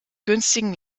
günstigen